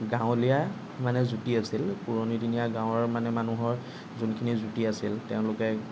গাঁৱলীয়া মানে জুতি আছিল পুৰণি দিনীয়া গাঁৱৰ মানে মানুহৰ যোনখিনি জুতি আছিল তেওঁলোকে